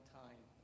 time